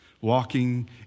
Walking